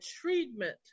treatment